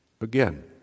again